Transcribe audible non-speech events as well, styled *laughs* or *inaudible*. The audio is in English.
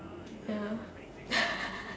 ya *laughs*